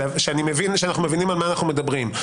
שאני מבין שאנחנו מבינים על מה אנחנו מדברים,